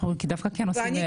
אנחנו דווקא כן עושים.